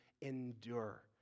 endure